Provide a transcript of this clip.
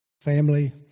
family